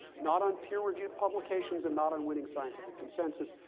not on peer reviewed publications, and not on winning scientific consensus.